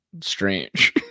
strange